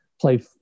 play